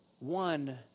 One